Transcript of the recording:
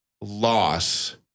loss